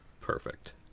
perfect